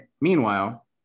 Meanwhile